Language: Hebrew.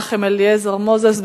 חבר הכנסת מנחם אליעזר מוזס,